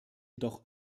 jedoch